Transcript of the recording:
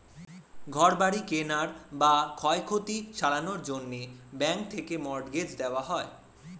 ঘর বাড়ি কেনার বা ক্ষয়ক্ষতি সারানোর জন্যে ব্যাঙ্ক থেকে মর্টগেজ দেওয়া হয়